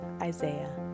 Isaiah